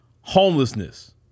homelessness